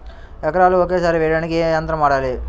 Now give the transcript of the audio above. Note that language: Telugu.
ఎకరాలు ఒకేసారి వేయడానికి ఏ యంత్రం వాడాలి?